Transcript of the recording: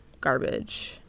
garbage